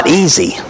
easy